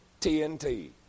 TNT